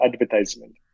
advertisement